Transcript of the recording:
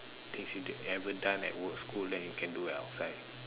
things you never done at work school then you can do outside